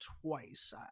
twice